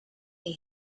him